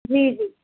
जी जी